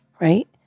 right